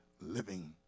living